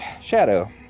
Shadow